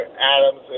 Adams